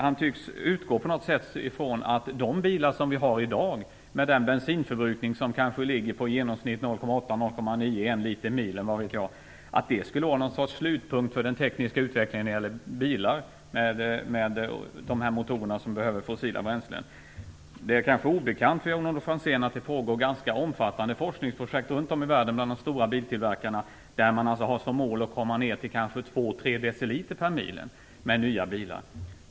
Han tycks på något sätt utgå från att de bilar som vi har i dag, med den bensinförbrukning som kanske ligger på i genomsnitt 0,8-1 liter per mil skulle vara någon sorts slutpunkt för den tekniska utvecklingen av bilar med motorer som drivs med fossila bränslen. Det kanske är obekant för Jan-Olof Franzén att det pågår ganska omfattande forskningsprojekt bland de stora biltillverkarna runt om i världen, där målet är att komma ned till en förbrukning som ligger på 2-3 deciliter per mil för nya bilar.